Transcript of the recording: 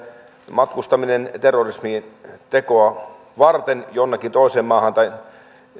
matkustaminen terrorismitekoa varten jonnekin toiseen maahan tai